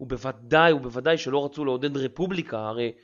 ובוודאי, ובוודאי שלא רצו לעודד רפובליקה, הרי...